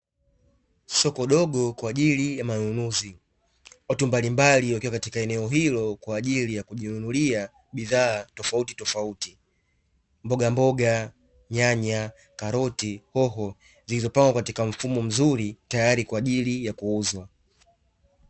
Soko dogo kwaajili ya manunuzi. Watu mbalimbali wakiwa eneo hilo kwaajili ya kujinunulia bidhaa tofauti tofauti. Mbogamboga, nyanya, karoti, hoho zilizopangwa katika mfumo mzuri, tayari kwaajili ya kuuzwa.